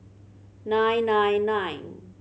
nine nine nine